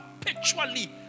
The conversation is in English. perpetually